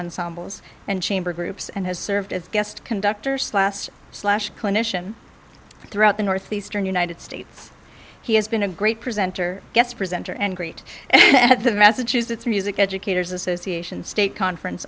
samples and chamber groups and has served as guest conductor slash slash clinician throughout the northeastern united states he has been a great presenter guest presenter and great at the massachusetts music educators association state conference